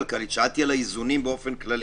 שאלתי על האיזונים באופן כללי.